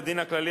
לדין הכללי,